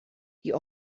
die